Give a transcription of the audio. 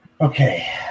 Okay